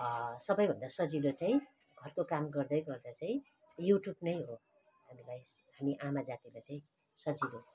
सबैभन्दा सजिलो चाहिँ घरको काम गर्दै गर्दा चाहिँ युट्युब नै हो हामी आमा जातिलाई चाहिँ सजिलो